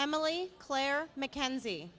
family claire mackenzie